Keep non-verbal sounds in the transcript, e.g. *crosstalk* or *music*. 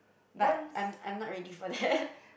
but I'm I'm not ready for that *laughs*